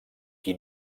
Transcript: qui